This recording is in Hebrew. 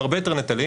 עם הרבה יותר נטלים,